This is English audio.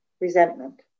resentment